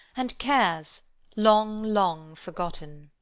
and cares long, long, forgotten!